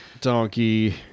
Donkey